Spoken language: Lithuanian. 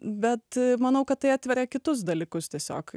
bet manau kad tai atveria kitus dalykus tiesiog